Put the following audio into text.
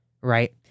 right